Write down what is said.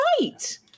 Right